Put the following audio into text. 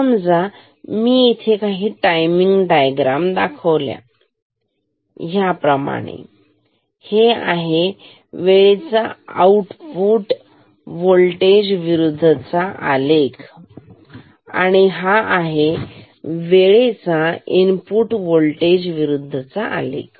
तर समज मी इथे काही टायमिंग दाखवतो ह्याप्रमाणे हे आहे वेळेचा आउटपुट व्होल्टेज विरुद्ध चा आलेख आणि हा आहे वेळेचा इनपुट व्होल्टेज विरुद्ध चा आलेख